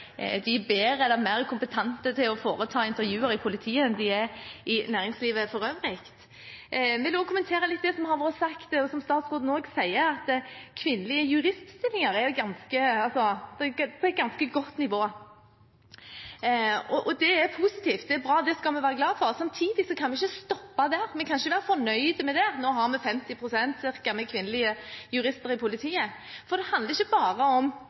de er bedre eller mer kompetente til å foreta intervjuer i politiet enn de er i næringslivet for øvrig. Jeg vil også kommentere litt det som har vært sagt, og som statsråden også sier, at det er et ganske godt nivå med hensyn til kvinnelige juriststillinger. Det er positivt, det er bra, det skal vi være glad for. Samtidig kan vi ikke stoppe der, vi kan ikke være fornøyd med bare at andelen av kvinnelige jurister i politiet nå er ca. 50 pst. For det handler ikke bare om